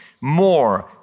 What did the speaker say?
more